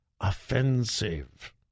offensive